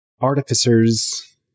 artificer's